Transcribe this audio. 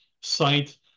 site